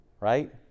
right